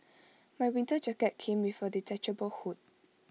my winter jacket came with A detachable hood